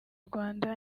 rwanda